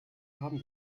haben